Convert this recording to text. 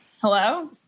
Hello